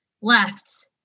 left